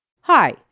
Hi